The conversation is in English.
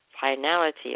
finality